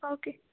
okay